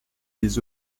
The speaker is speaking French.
des